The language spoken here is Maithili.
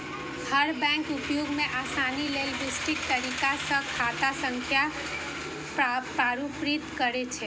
हर बैंक उपयोग मे आसानी लेल विशिष्ट तरीका सं खाता संख्या प्रारूपित करै छै